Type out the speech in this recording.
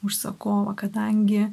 užsakovą kadangi